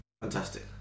Fantastic